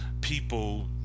people